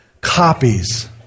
copies